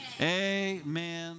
amen